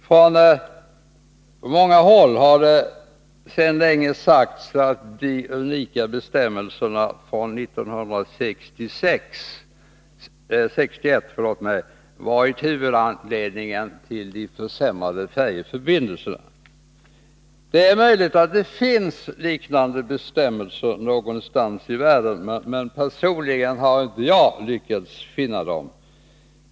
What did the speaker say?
Från många håll har det sedan länge sagts att de unika bestämmelserna från 1961 varit huvudanledningen till de försämrade färjeförbindelserna. Det är möjligt att det finns liknande bestämmelser någonstans i världen, men personligen har jag inte lyckats finna dem.